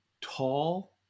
tall